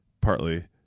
partly